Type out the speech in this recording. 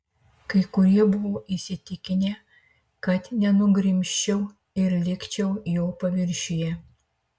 kai kurie buvo įsitikinę kad nenugrimzčiau ir likčiau jo paviršiuje